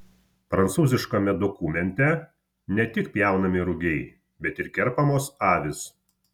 prancūziškame dokumente ne tik pjaunami rugiai bet ir kerpamos avys